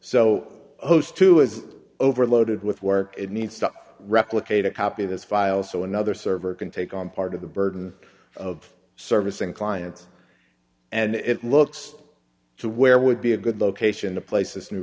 so host two is overloaded with work it needs to replicate a copy of this file so another server can take on part of the burden of service and clients and it looks to where would be a good location the places new